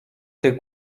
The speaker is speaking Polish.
tych